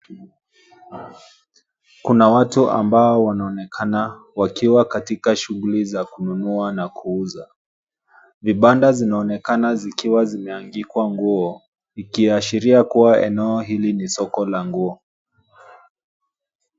Kuna watu ambao wanaonekana wakiwa katika shughuli za kununua na kuuza. Vibanda zinaonekana zikiwa zimeanikwa nguo vikiashiria kuwa eneo hili ni soko la nguo.